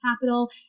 capital